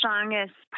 strongest